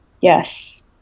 Yes